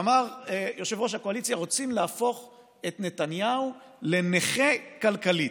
ואמר יושב-ראש הקואליציה: רוצים להפוך את נתניהו לנכה כלכלית.